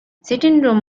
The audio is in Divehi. ސިޓިންގ